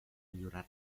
millorar